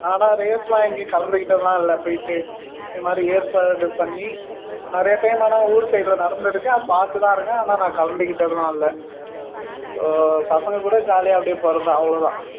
ஆனால் ரேஸெலாம் எங்கேயும் கலந்துக்கிட்டதெலாம் இல்லை போயிட்டு இது மாதிரி ஏற்பாடு பண்ணி நிறைய டைம் ஆனால் ஊர் சைடில் நடந்திருக்கு ஆனால் பார்த்து தான் இருக்கேன் ஆனால் நான் கலந்துக்கிட்டதெலாம் இல்லை ஓ பசங்கள் கூட ஜாலியாக அப்படியே போவது தான் அவ்வளோதான்